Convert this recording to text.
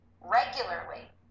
regularly